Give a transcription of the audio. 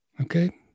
okay